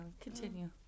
Continue